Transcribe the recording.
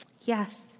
Yes